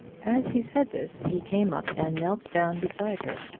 as he said this he came up and knelt down beside her.